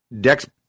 Dex